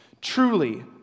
Truly